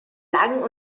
lang